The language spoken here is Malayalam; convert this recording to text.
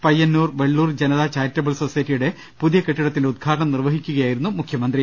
പയ്യന്നൂർ വെള്ളൂർ ജനത ചാരിറ്റബിൾ സൊസൈറ്റിയുടെ പുതിയ കെട്ടിടത്തിന്റെ ഉദ്ഘാടനം നിർവഹിക്കുകയായിരുന്നു മുഖ്യമന്ത്രി